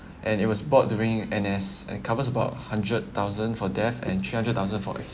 and it was bought during N_S and covers about hundred thousand for death and three hundred thousand for